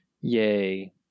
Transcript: Yay